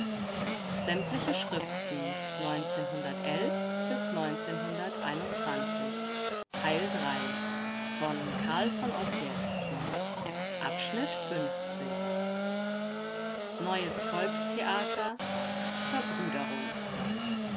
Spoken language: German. schriften neues volkstheater